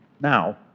now